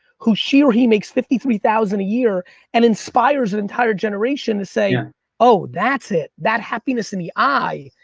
who she or he makes fifty three thousand a year and inspires an entire generation to say, oh, that's it, that happiness in the eye.